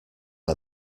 are